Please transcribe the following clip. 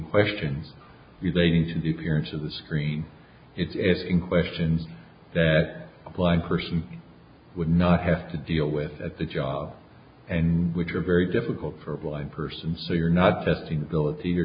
questions relating to the parents of the screen it's in question that a blind person would not have to deal with at the job and which are very difficult for a blind person so you're not setting ability or